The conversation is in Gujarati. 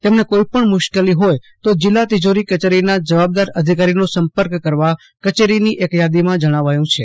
તેમણે કોઈપણ મૂશ્કેલી હોય તો જિલ્લા તિજોરી કચરી ના જવાબદાર અધિકારીનો સંપક કરવા કચરીની એક યાદોમાં જણાવાયું છે